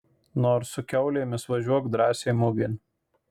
nors su kiaulėmis važiuok drąsiai mugėn